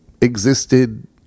existed